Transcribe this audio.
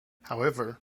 however